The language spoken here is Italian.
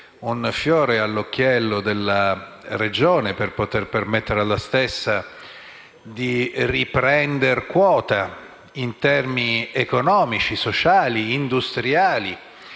un fiore all'occhiello della Regione per poter permettere alla stessa di riprendere quota in termini economici, sociali e industriali